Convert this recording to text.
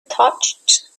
touched